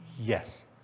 Yes